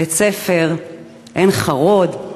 בבית-ספר עין-חרוד,